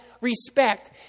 respect